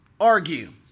argue